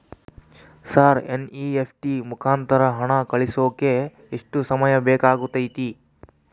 Sir NEFT ಮುಖಾಂತರ ಹಣ ಕಳಿಸೋಕೆ ಎಷ್ಟು ಸಮಯ ಬೇಕಾಗುತೈತಿ?